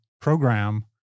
program